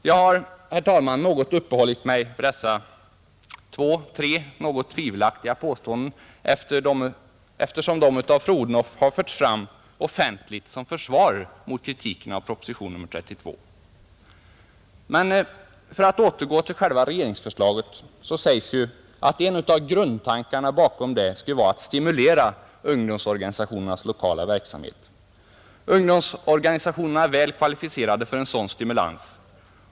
Jag har, herr talman, något uppehållit mig vid dessa två tre något tvivelaktiga påståenden, eftersom de av fru Odhnoff offentligt har anförts såsom försvar mot kritiken av proposition 32. För att återgå till själva regeringsförslaget så sägs ju en av grundtankarna bakom detta vara att stimulera ungdomsorganisationernas lokala verksamhet. Ungdomsorganisationerna är väl kvalificerade för en sådan stimulans.